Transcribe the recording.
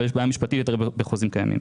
אבל יש בעיה משפטית להתערב בחוזים כאלה.